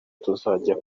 tuzajya